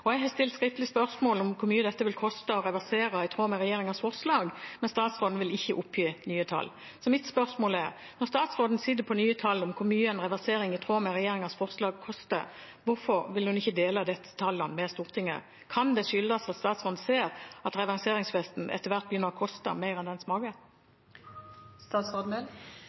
Jeg har stilt skriftlig spørsmål om hvor mye det vil koste å reversere i tråd med regjeringens forslag, men statsråden vil ikke oppgi nye tall. Så mitt spørsmål er, når statsråden sitter på nye tall om hvor mye en reversering i tråd med regjeringens forslag koster: Hvorfor vil hun ikke dele disse tallene med Stortinget? Kan det skyldes at statsråden ser at reverseringsfesten etter hvert begynner å koste mer enn den